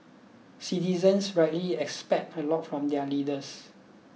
citizens rightly expect a lot from their leaders